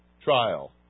trial